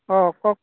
অঁ কওক